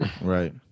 Right